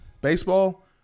Baseball